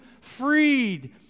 freed